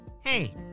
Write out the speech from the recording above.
Hey